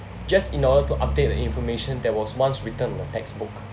just in order to update the information that was once written in the textbook